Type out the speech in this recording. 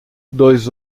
dois